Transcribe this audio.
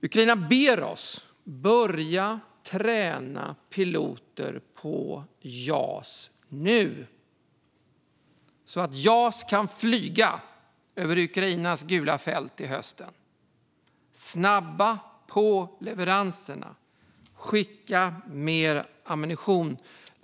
Ukraina ber oss om detta: Börja nu att träna piloter i Jas, så att Jas kan flyga över Ukrainas gula fält till hösten! Snabba på leveranserna! Skicka mer ammunition!